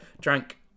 drank